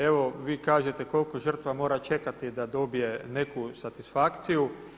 Evo vi kažete koliko žrtva mora čekati da dobije neku satisfakciju.